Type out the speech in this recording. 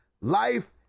life